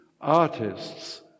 artists